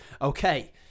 Okay